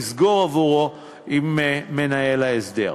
יסגור עבורו עם מנהל ההסדר.